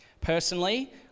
Personally